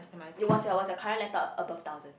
it's was your was your current laptop above thousand